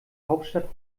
hauptstadt